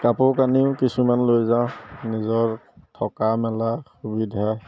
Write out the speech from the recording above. কাপোৰ কানিও কিছুমান লৈ যাওঁ নিজৰ থকা মেলা সুবিধা